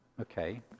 okay